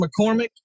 McCormick